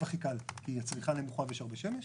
הכי קל כי הצריכה נמוכה ויש הרבה שמש.